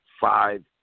Five